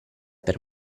per